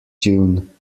tune